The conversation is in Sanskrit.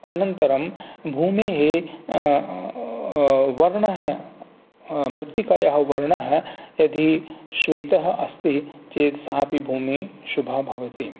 अनन्तरं भूमेः वर्णः मृत्तिकायाः वर्णः यदि श्वेतः अस्ति चेत् सापि भूमिः शुभा भवति